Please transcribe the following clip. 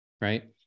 right